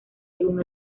según